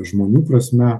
žmonių prasme